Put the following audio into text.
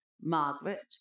Margaret